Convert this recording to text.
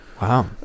Wow